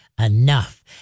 enough